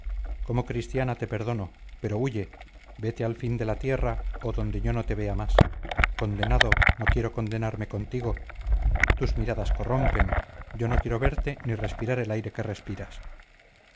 como cristiana te perdono pero huye vete al fin de la tierra o donde yo no te vea más condenado no quiero condenarme contigo tus miradas corrompen yo no quiero verte ni respirar el aire que respiras